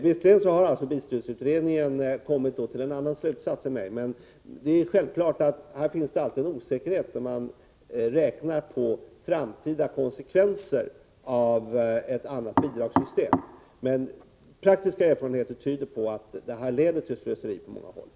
Visserligen har bilstödsutredningen kommit till en annan slutsats än jag, och självfallet finns det alltid en osäkerhet när man räknar på framtida konsekvenser av ett annat bidragssystem, men praktiska erfarenheter tyder på att de regler som nu gäller leder till slöseri på många håll.